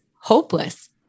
hopeless